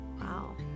Wow